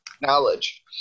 knowledge